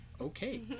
okay